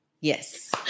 Yes